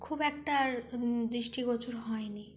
খুব একটা আর দৃষ্টিগোচর হয়নি